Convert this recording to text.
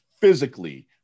physically